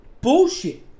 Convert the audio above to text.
Bullshit